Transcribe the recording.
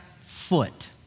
foot